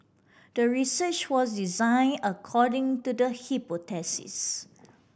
the research was designed according to the hypothesis